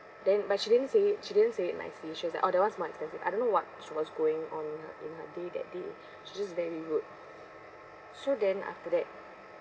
then but she didn't say it she didn't say it nicely she was like oh that one is more expensive I don't know what was going on ah day that day she's just very rude so then after that